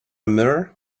mirror